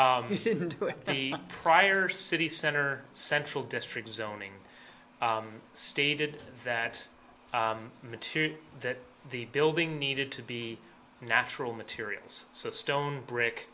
it the prior city center central district zoning stated that material that the building needed to be natural materials so stone brick